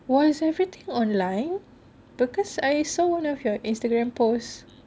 !wah! is everything online cause I saw one of your instagram posts